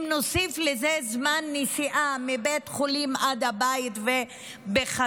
אם נוסיף לזה זמן נסיעה מבית החולים עד הבית ובחזרה.